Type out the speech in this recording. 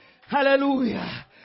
Hallelujah